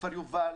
כפר יובל,